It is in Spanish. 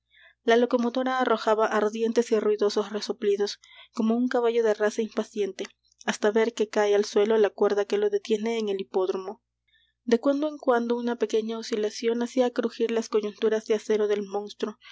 la locomotora arrojaba ardientes y ruidosos resoplidos como un caballo de raza impaciente hasta ver que cae al suelo la cuerda que lo detiene en el hipódromo de cuando en cuando una pequeña oscilación hacía crujir las coyunturas de acero del monstruo